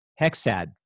hexad